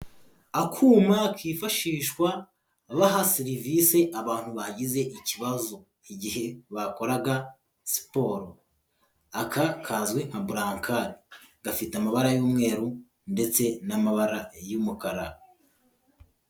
Akuma kifashishwa baha serivisi abantu bagize ikibazo igihe bakoraga siporo. Aka kazwi nka burankari gafite amabara y'umweru ndetse n'amabara y'umukara.